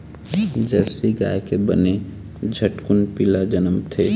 Jersey गाय के बने झटकुन पिला जनमथे